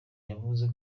yavuze